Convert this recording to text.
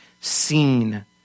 seen